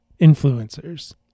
influencers